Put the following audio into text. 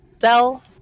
cell